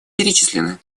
перечислены